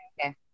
Okay